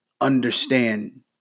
understand